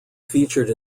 featured